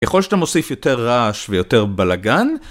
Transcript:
ככול שאתה מוסיף יותר רעש ויותר בלאגן.